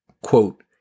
quote